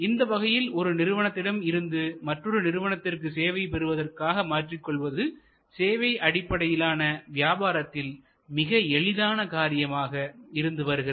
இந்த வகையில் ஒரு நிறுவனத்திடம் இருந்து மற்றொரு நிறுவனத்திற்கு சேவையை பெறுவதற்காக மாற்றிக் கொள்வது சேவை அடிப்படையிலான வியாபாரத்தில் மிக எளிதான காரியமாக இருந்து வருகிறது